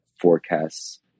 forecasts